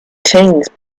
teens